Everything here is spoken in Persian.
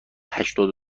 هشتاد